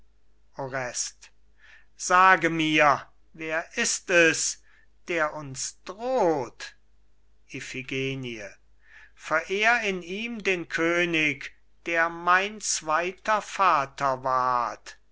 sage mir wer ist es der uns droht iphigenie verehr in ihm den könig der mein zweiter vater ward